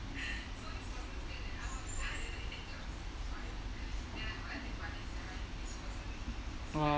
!wah!